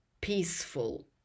peaceful